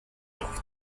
trouve